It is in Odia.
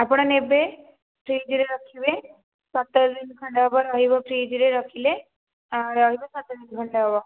ଆପଣ ନେବେ ଫ୍ରିଜରେ ରଖିବେ ସାତ ଦିନ ଖଣ୍ଡେ ହେବ ରହିବ ଫ୍ରିଜରେ ରଖିଲେ ଆଉ ରହିବ ସାତ ଦିନ ଖଣ୍ଡେ ହେବ